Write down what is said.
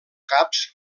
caps